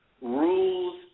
Rules